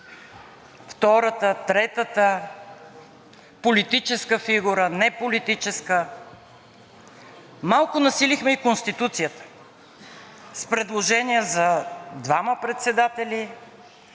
втората, третата политическа фигура, неполитическа. Малко насилихме и Конституцията с предложения за двама председатели,